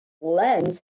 lens